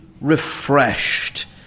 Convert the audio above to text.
refreshed